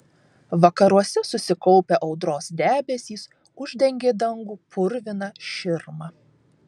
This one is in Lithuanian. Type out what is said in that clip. vakaruose susikaupę audros debesys uždengė dangų purvina širma